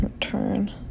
Turn